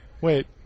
Wait